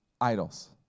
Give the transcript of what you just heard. idols